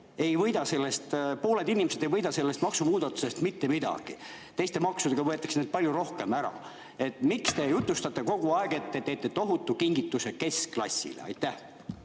pooled inimesed ei võida sellest maksumuudatusest mitte midagi, teiste maksudega võetakse neilt palju rohkem ära. Miks te jutustate kogu aeg, et te teete tohutu kingituse keskklassile? Aitäh!